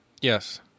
Yes